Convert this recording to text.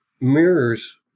mirrors